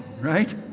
Right